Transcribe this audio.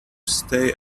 stay